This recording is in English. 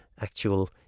actual